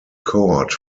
court